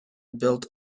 built